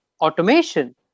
automation